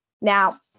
Now